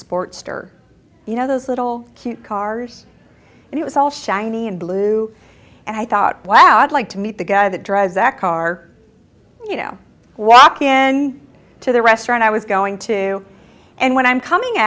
sportster you know those little cute cars and it was all shiny and blue and i thought wow i'd like to meet the guy that drives that car you know walk in to the restaurant i was going to and when i'm coming